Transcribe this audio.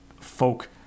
folk